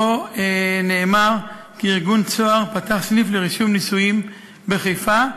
שבה נאמר כי ארגון "צהר" פתח סניף לרישום נישואים בחיפה,